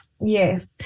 yes